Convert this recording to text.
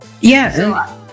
Yes